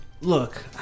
look